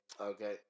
Okay